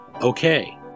Okay